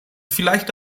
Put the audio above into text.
vielleicht